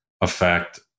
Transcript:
affect